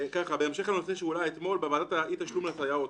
בהמשך לנושא שהועלה אתמול בוועדה על אי תשלום לסייעות,